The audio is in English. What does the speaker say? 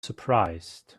surprised